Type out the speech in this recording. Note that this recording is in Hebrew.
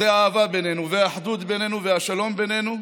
זו האהבה בינינו, ואחדות בינינו, והשלום בינינו,